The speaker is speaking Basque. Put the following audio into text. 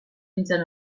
nintzen